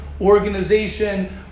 Organization